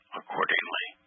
accordingly